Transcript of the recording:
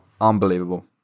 Unbelievable